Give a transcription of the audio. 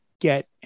get